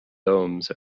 domes